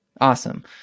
Awesome